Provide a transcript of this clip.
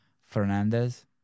Fernandez